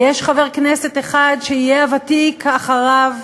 ויש חבר כנסת אחד שיהיה הוותיק אחריו,